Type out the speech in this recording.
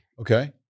okay